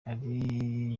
ari